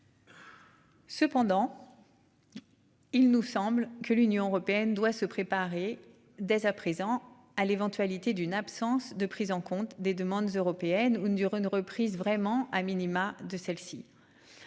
Cependant. Il nous semble que l'Union européenne doit se préparer dès à présent à l'éventualité d'une absence de prise en compte des demandes européennes ou ne dure une reprise vraiment a minima de celle-ci.